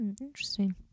Interesting